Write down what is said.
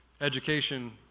education